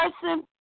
person